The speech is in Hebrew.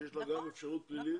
שיש לה גם אפשרות פלילית,